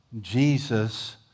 Jesus